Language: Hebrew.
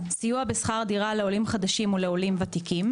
בסיוע בשכר דירה לעולים חדשים ולעולים ותיקים,